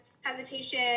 hesitation